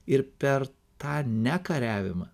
ir per tą ne kariavimą